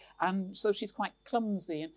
um so she's quite clumsy.